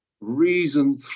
reason